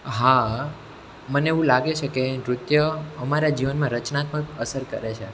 હા મને એવું લાગે છે કે નૃત્ય અમારા જીવનમાં રચનાત્મક અસર કરે છે